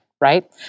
right